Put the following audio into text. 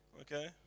Okay